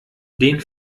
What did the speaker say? den